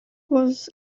was